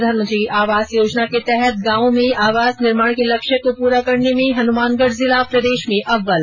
प्रधानमंत्री आवास योजना के तहत गांवों में आवास निर्माण के लक्ष्य को पूरा करने में हनुमानगढ जिला प्रदेश में अव्वल